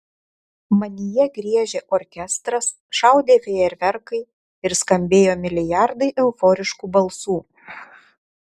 manyje griežė orkestras šaudė fejerverkai ir skambėjo milijardai euforiškų balsų